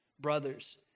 brothers